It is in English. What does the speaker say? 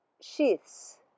sheaths